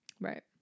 Right